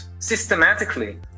systematically